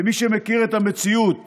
ומי שמכיר את המציאות